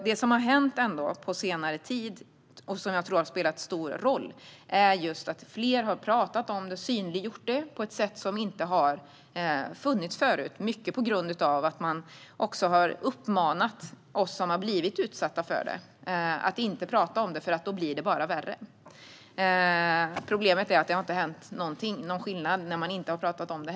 Det som ändå har hänt på senare tid, som jag tror har spelat stor roll, är att fler har talat om detta och synliggjort det på ett sätt som inte har förekommit förut, mycket på grund av att man har uppmanat oss som blivit utsatta för det att inte prata om det för att det då bara blir värre. Problemet är att det inte varit någon skillnad när man inte har talat om det.